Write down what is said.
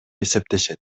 эсептешет